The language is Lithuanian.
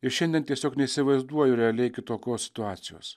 ir šiandien tiesiog neįsivaizduoju realiai kitokios situacijos